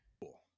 cool